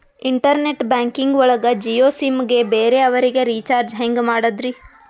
Internet banking ಒಳಗ Jio sim ಗೆ ಬೇರೆ ಅವರಿಗೆ ರೀಚಾರ್ಜ್ ಹೆಂಗ್ ಮಾಡಿದ್ರಿ?